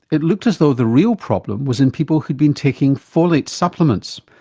it looked as though the real problem was in people who'd been taking folate supplements.